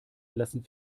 lassen